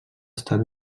estat